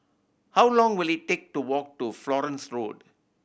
how long will it take to walk to Florence Road